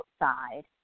outside